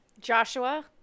Joshua